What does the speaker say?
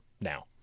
now